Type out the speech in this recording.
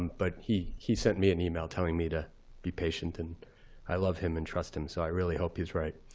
but he he sent me an email telling me to be patient. and i love him and trust him, so i really hope he's right.